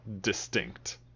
distinct